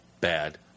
bad